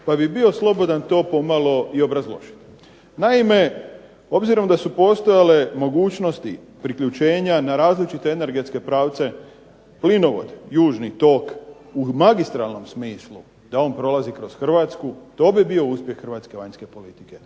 pa bih bio slobodan pomalo i obrazložiti. Naime, obzirom da su postojale mogućnosti priključenja na različite energetske pravce plinovode, južni tok u magistralnom smislu da on prolazi kroz Hrvatsku, to bi bio uspjeh hrvatske vanjske politike,